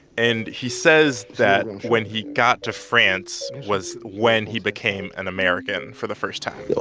and he says that and when he got to france was when he became an american for the first time